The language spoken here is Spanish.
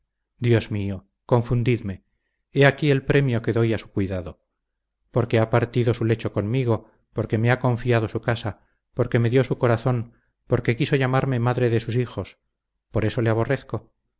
dios mío confundidme he aquí el premio que doy a su cuidado porque ha partido su lecho conmigo porque me ha confiado su casa porque me dio su corazón porque quiso llamarme madre de sus hijos por eso le aborrezco